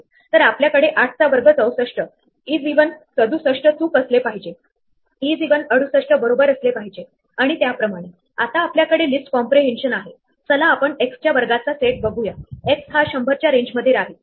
नंतर आपण एकाच मुव्ह मध्ये x1 पासून पोहोचू शकणारे सर्व स्क्वेअर मार्क करण्याचा प्रयत्न करत आहोत याला x2 असे म्हणूया आणि नंतर एकाच मुव्ह मध्ये x2 पासून पोहोचू शकणारे सर्व स्क्वेअर अन्वेषण करूया याला x3 म्हणूया आणि अशा प्रकारे पुढे जाऊया